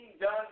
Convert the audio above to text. done